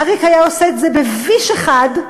אריק היה עושה את זה ב"וויש" אחד,